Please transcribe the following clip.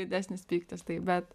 didesnis pyktis taip bet